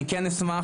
אני כן אשמח,